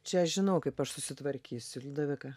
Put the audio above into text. čia žinau kaip aš susitvarkysiu liudovika